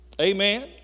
Amen